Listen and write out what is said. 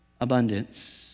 abundance